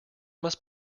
must